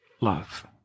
love